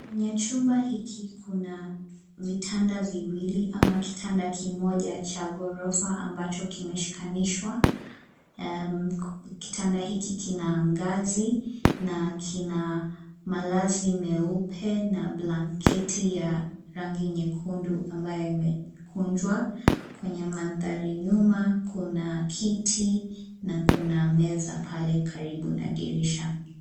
Kwenye chumba hiki kuna vitanda viwili ama kitanda kimoja cha gorofa ambacho kimeshikanishwa. Kitanda hiki kina ngazi na kina malazi meupe na blanketi ya rangi nyekundu ambayo imekunjwa. Kwenye mandhari nyuma, kuna kiti na kuna meza pale karibu na dirisha.